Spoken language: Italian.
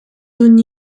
ogni